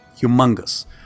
humongous